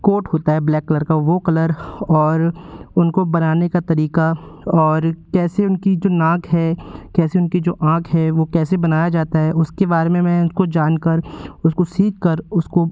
coat होता है black colour का वो कलर और उनको बनाने का तरीक़ा और कैसे उनकी जो नाक है कैसे उनकी जो आँख है वो कैसे बनाया जाता है उसके बारे में मैं उनको जान कर उसको सीख कर उसको